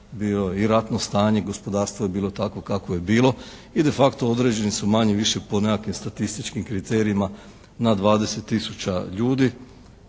bilo i ratno stanje. Gospodarstvo je bilo takvo kakvo je bilo i de facto određeni su manje-više po nekakvim statističkim kriterijima na 20000 ljudi